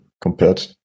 compared